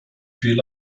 viel